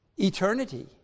Eternity